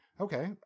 okay